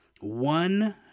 one